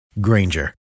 Granger